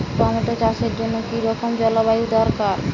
Tomato চাষের জন্য কি রকম জলবায়ু দরকার?